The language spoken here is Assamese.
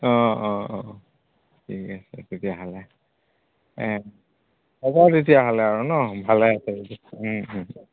অঁ অঁ অঁ ঠিক আছে তেতিয়াহ'লে হ'ব এ তেতিয়াহ'লে আৰু নহ্ ভালে আছে যদি